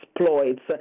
exploits